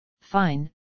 fine